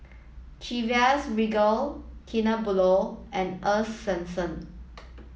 Chivas Regal Kinder Bueno and Earl's Swensens